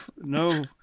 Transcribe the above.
no